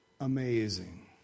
amazing